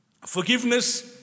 forgiveness